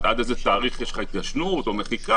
עד איזה תאריך יש לך התיישנות או מחיקה